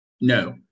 No